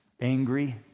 angry